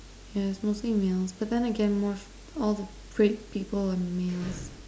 yes mostly males but than again more all the great people are males